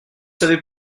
savez